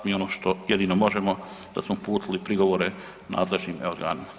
Mi ono što jedino možemo da smo uputili prigovore nadležnim organima.